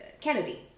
Kennedy